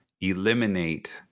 eliminate